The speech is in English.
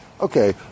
okay